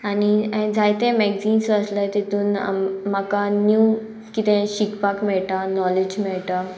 आनी हांयें जायते मॅगझीन्स जो आसले तेतून म्हाका न्यू कितें शिकपाक मेळटा नॉलेज मेळटा